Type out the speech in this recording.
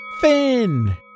Finn